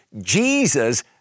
Jesus